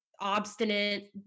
obstinate